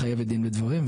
היא חייבת דין ודברים,